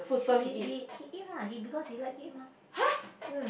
his he he he eat lah he because he like it mah mm